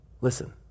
Listen